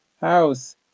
house